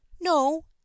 No